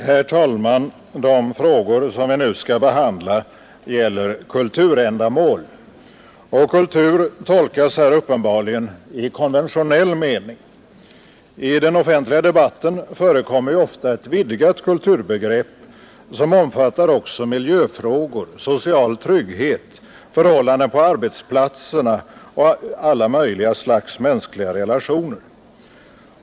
Herr talman! De frågor som vi nu skall behandla gäller kulturändamål, och kultur tolkas här uppenbarligen i konventionell mening. I den offentliga debatten förekommer ju ofta ett vidgat kulturbegrepp, som omfattar också miljöfrågor, social trygghet, förhållanden på arbetsplatserna och alla möjliga slags mänskliga relationer.